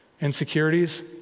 Insecurities